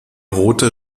rote